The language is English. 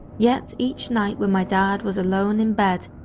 yet, each night when my dad was alone in bed,